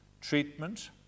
treatment